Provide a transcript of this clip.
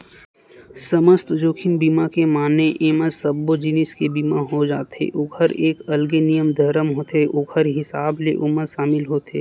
समस्त जोखिम बीमा के माने एमा सब्बो जिनिस के बीमा हो जाथे ओखर एक अलगे नियम धरम होथे ओखर हिसाब ले ओमा सामिल होथे